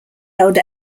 held